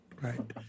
right